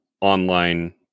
online